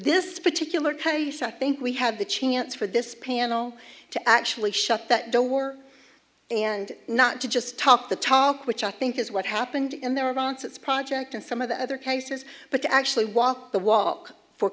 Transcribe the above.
this particular case i think we had the chance for this panel to actually shut that door and not just talk the talk which i think is what happened in their ranks it's project and some of the other cases but to actually walk the walk for